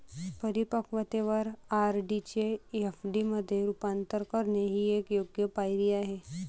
परिपक्वतेवर आर.डी चे एफ.डी मध्ये रूपांतर करणे ही एक योग्य पायरी आहे